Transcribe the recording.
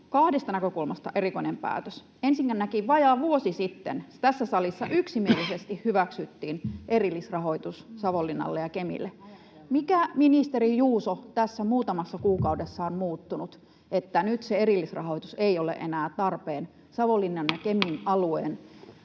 kahdesta näkökulmasta erikoinen päätös. Ensinnäkin vajaa vuosi sitten tässä salissa yksimielisesti hyväksyttiin erillisrahoitus Savonlinnalle ja Kemille. [Annika Saarikko: Ajatella!] Mikä, ministeri Juuso, tässä muutamassa kuukaudessa on muuttunut, kun nyt se erillisrahoitus ei ole enää tarpeen Savonlinnan ja Kemin [Puhemies